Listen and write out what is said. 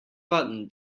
button